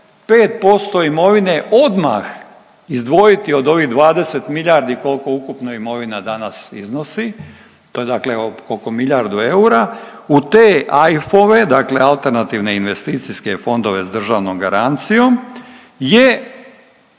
imovine odmah izdvojiti od ovih 20 milijardi koliko ukupno imovina danas iznosi. To je dakle oko milijardu eura. U te AIF-ove, dakle alternativne investicijske fondove sa državnom garancijom je